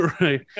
right